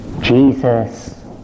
Jesus